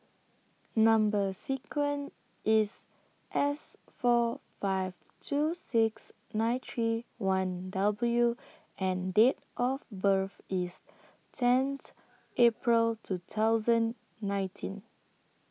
Number sequence IS S four five two six nine three one W and Date of birth IS tenth April two thousand nineteen